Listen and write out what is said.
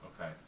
okay